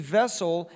vessel